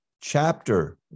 chapter